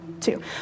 two